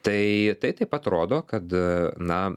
tai tai taip pat rodo kad na